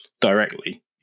directly